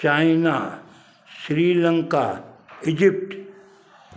China Sri Lanka Egypt